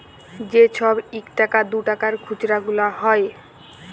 যে ছব ইকটাকা দুটাকার খুচরা গুলা হ্যয়